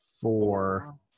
four